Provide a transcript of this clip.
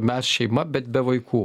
mes šeima bet be vaikų